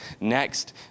next